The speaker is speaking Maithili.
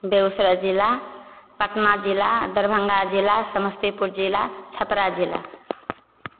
बेगूसराय जिला पटना जिला दरभङ्गा जिला समस्तीपुर जिला छपरा जिला